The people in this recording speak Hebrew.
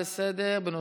לסדר-היום מס' 852,